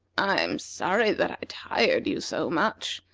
i'm sorry that i tired you so much,